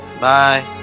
Bye